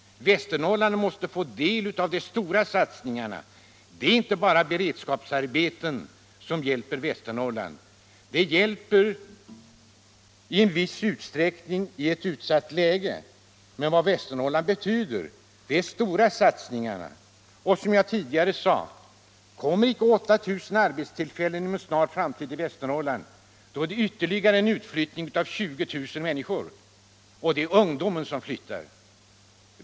Västernorrland måste få del av de stora satsningarna. Det är inte bara beredskapsarbeten som hjälper Västernorrland. De hjälper i en viss utsträckning i ett utsatt läge, men vad Västernorrland behöver är de stora satsningarna. Och det är som jag tidigare sade: Kommer icke 8 000 arbetstillfällen inom en snar framtid i Västernorrland, då blir det en ytterligare utflyttning av 20000 människor, och det är ungdomen som flyttar.